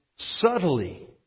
Subtly